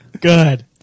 good